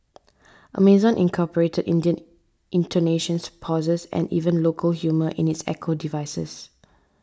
Amazon incorporated Indian intonations pauses and even local humour in its Echo devices